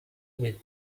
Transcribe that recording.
with